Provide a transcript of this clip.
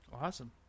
Awesome